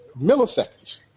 milliseconds